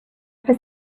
for